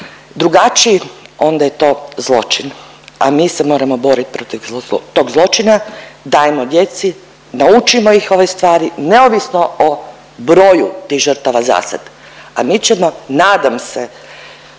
drugačiji onda je to zločin, a mi se moramo borit protiv tog zločina. Dajmo djeci, naučimo ih ove stvari neovisno o broju tih žrtava zasad, a mi ćemo nadam se